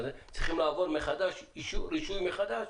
צריכים לעבור רישוי מחדש.